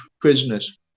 prisoners